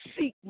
seek